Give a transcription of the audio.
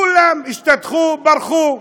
כולם השתטחו או ברחו.